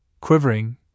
quivering